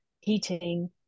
heating